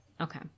Okay